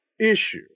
issue